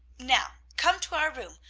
now, come to our room.